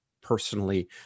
personally